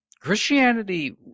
Christianity